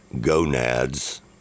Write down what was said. gonads